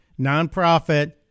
nonprofit